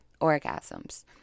orgasms